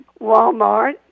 Walmart